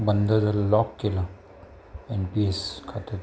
बंद जर लॉक केलं एनपीएस खात्यात